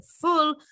full